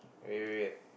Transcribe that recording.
wait wait wait